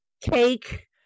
cake